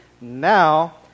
now